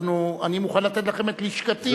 אני מוכן לתת לכם את לשכתי לדיונים סיעתיים.